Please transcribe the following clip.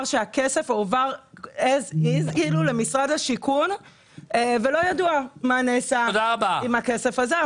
שהכסף הועבר as is למשרד השיכון ולא ידוע מה נעשה עם הכסף הזה.